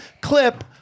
clip